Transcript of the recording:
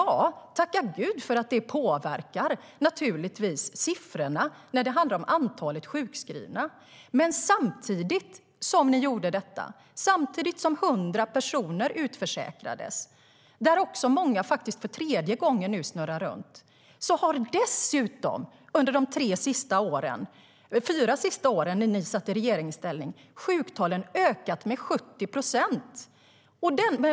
Tacka Gud för att det påverkar siffrorna när det gäller antalet sjukskrivna! Men samtidigt som 100 000 personer utförsäkrades - många av dem snurrar nu runt i försäkringen för tredje gången - har sjuktalen under de fyra sista åren då ni satt i regeringsställning ökat med 70 procent.